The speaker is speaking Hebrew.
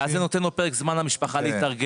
ואז זה נותן עוד פרק זמן למשפחה להתארגן.